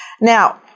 Now